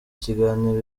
kiganiro